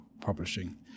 publishing